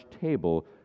table